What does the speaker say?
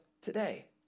today